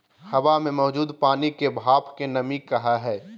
हवा मे मौजूद पानी के भाप के नमी कहय हय